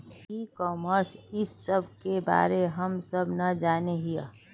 ई commerce इस सब के बारे हम सब ना जाने हीये?